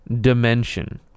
dimension